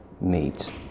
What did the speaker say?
meet